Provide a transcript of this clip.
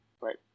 Right